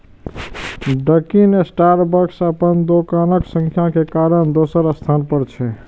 Dunkin Starbucks अपन दोकानक संख्या के कारण दोसर स्थान पर छै